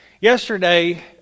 yesterday